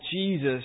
Jesus